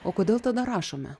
o kodėl tada rašome